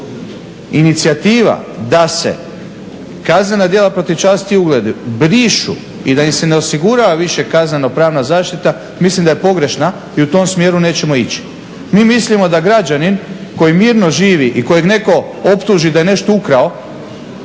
inicijativa da se kaznena dijela protiv časti i ugleda brišu i da im se ne osigura više kazneno pravna zaštita, mislim da je pogrešna i u tom smjeru nećemo ići. Mi mislimo da građanin koji mirno živi i kojeg netko optuži da je nešto ukrao,